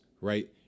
Right